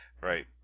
Right